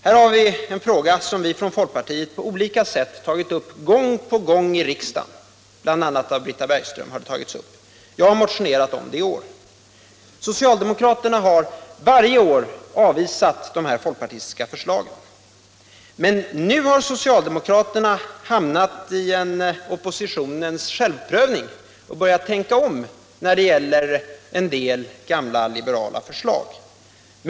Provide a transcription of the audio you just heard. Den här frågan har folkpartiet tagit upp gång på gång i riksdagen. Britta Bergström har bl.a. tagit upp den, och jag har motionerat om den i år. Socialdemokraterna har varje år avvisat de här folkpartistiska förslagen, men nu har socialdemokraterna hamnat i en oppositionens självprövning och börjat tänka om när det gäller en del gamla liberala förslag.